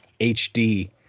HD